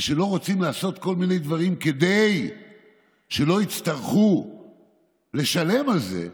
ושלא רוצים לעשות כל מיני דברים כדי שלא יצטרכו לשלם על זה.